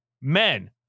men